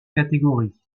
catégorie